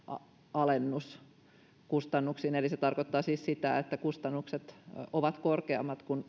alennus kustannuksiin eli se tarkoittaa siis sitä että kustannukset ovat korkeammat kuin